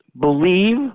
believe